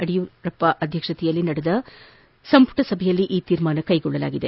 ಯಡಿಯೂರಪ್ಪ ಅಧ್ಯಕ್ಷತೆಯಲ್ಲಿ ನಡೆದ ಸಂಪುಟ ಸಭೆಯಲ್ಲಿ ಈ ತೀರ್ಮಾನ ಕೈಗೊಳ್ಳಲಾಗಿದೆ